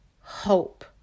hope